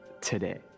today